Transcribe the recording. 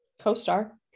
Co-star